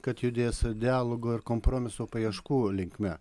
kad judės dialogo ir kompromiso paieškų linkme